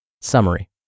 Summary